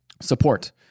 support